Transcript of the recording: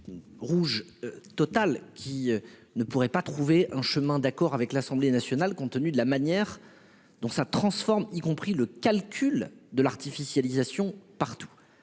Rouge total qui ne pourrait pas trouver un chemin d'accord avec l'Assemblée nationale, compte tenu de la manière dont ça transforme y compris le calcul de l'artificialisation partout.